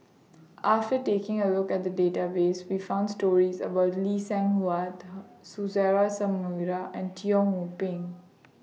after taking A Look At The Database We found stories about Lee Seng Huat Suzairhe Sumari and Teo Ho Pin